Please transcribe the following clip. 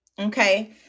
okay